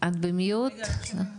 צהריים טובים לכולם,